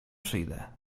przyjdę